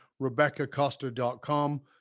RebeccaCosta.com